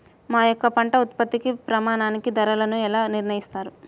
మా యొక్క పంట ఉత్పత్తికి ప్రామాణిక ధరలను ఎలా నిర్ణయిస్తారు?